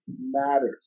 matters